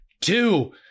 two